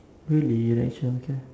really you like childcare